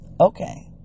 Okay